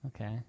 Okay